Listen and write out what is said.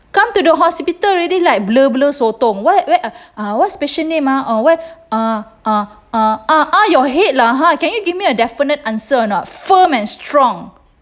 come to the hospital already like blur blur sotong what what special name or what uh uh uh uh ah your head lah ha can you give me a definite answer a not firm and strong